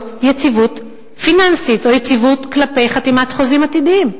יציבות פיננסית או יציבות כלפי חתימת חוזים עתידיים?